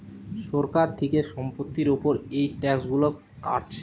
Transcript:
সরকার থিকে সম্পত্তির উপর এই ট্যাক্স গুলো কাটছে